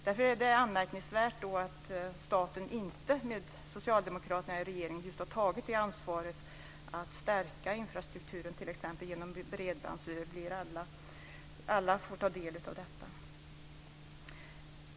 Därför är det anmärkningsvärt att staten inte med Socialdemokraterna i regering har tagit ansvaret att stärka infrastrukturen just genom bredband så att alla får ta del av detta.